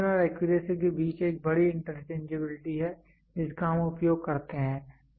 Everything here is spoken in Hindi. प्रेसीजन और एक्यूरेसी के बीच एक बड़ी इंटरचेंजेबिलिटी है जिसका हम उपयोग करते हैं